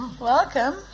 Welcome